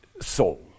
soul